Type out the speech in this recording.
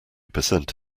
percent